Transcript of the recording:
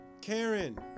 Karen